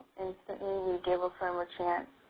instantly, we give a firm a chance